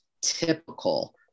typical